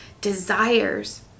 desires